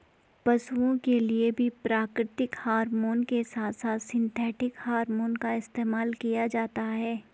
पशुओं के लिए भी प्राकृतिक हॉरमोन के साथ साथ सिंथेटिक हॉरमोन का इस्तेमाल किया जाता है